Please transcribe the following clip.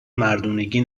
مردونگی